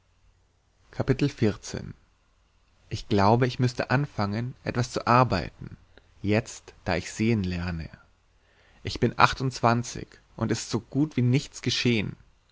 ich glaube ich müßte anfangen etwas zu arbeiten jetzt da ich sehen lerne ich bin achtundzwanzig und es ist so gut wie nichts geschehen